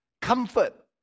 Comfort